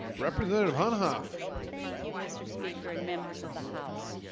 representative huff huff thank you mr. speaker and members of the house,